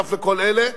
נוסף לכל אלה,